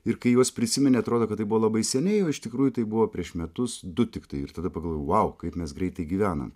ir kai juos prisimeni atrodo kad tai buvo labai seniai o iš tikrųjų tai buvo prieš metus du tiktai ir tada pagalvojau vau kaip mes greitai gyvenam